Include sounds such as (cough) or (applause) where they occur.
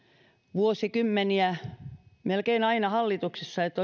vuosikymmeniä melkein aina hallituksessa että (unintelligible)